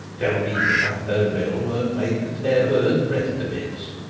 tell me that that there bill weren't made to tear a bird's breast to bits?